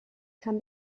can